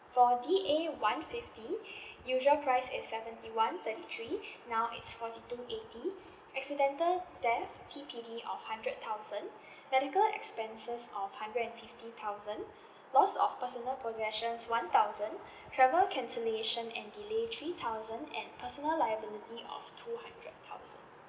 for D_A one fifty usual price is seventy one thirty three now it's forty two eighty accidental death T_P_D of hundred thousand medical expenses of hundred and fifty thousand lost of personal possession one thousand travel cancellation and delay three thousand and personal liability of two hundred thousand